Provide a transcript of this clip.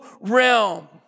realm